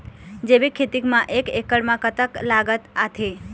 जैविक खेती म एक एकड़ म कतक लागत आथे?